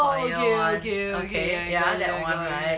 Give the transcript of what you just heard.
the choir one okay ya that one right